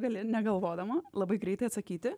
gali negalvodama labai greitai atsakyti